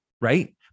Right